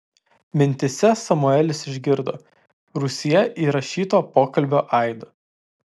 mintyse samuelis išgirdo rūsyje įrašyto pokalbio aidą